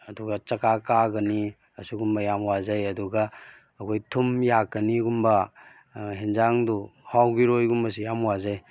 ꯑꯗꯨꯒ ꯆꯒꯥ ꯀꯥꯒꯅꯤ ꯑꯁꯨꯒꯨꯝꯕ ꯌꯥꯝ ꯋꯥꯖꯩ ꯑꯗꯨꯒ ꯑꯩꯈꯣꯏ ꯊꯨꯝ ꯌꯥꯛꯀꯅꯤꯒꯨꯝꯕ ꯍꯤꯟꯖꯥꯡꯗꯨ ꯍꯥꯎꯒꯤꯔꯣꯏꯒꯨꯝꯕꯁꯦ ꯌꯥꯝ ꯋꯥꯖꯩ